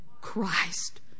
Christ